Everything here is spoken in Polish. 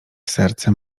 serce